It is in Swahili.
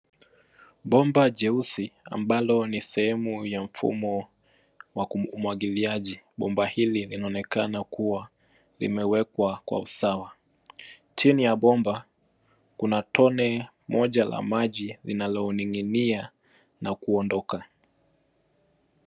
Bomba jeusi ambalo ni sehemu ya mfumo wa umwagiliaji, bomba hili linaonekana kuwa limewekwa kwa usawa. Chini ya bomba kuna tone moja la maji linaloning'inia na kuondoka.